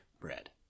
bread